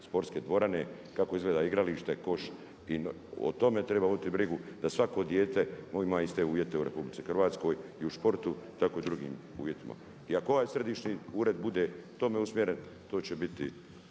sportske dvorane, kako izgleda igralište, koš i o tome treba voditi brigu da svako dijete ima iste uvjete u RH i u sportu tako i u drugim uvjetima. I ovaj središnji ured bude tome usmjeren, to će biti